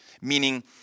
meaning